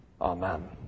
Amen